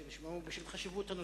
בשל חשיבות הנושא.